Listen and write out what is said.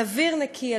על אוויר נקי,